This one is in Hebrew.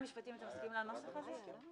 אצלכם ונמחק מהפרוטוקול והיה כלא היה.